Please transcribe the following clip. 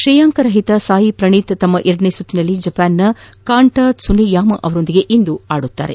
ಶ್ರೇಯಾಂಕ ರಹಿತ ಸಾಯಿ ಪ್ರಣೀತ್ ತಮ್ಮ ಎರಡನೇ ಸುತ್ತಿನಲ್ಲಿ ಜಪಾನ್ನ ಕಾಂಟ ತ್ಪುನೇಯಾಮಾ ಅವರೊಂದಿಗೆ ಇಂದು ಆಡಲಿದ್ದಾರೆ